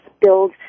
build